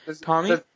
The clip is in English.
Tommy